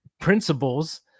principles